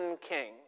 king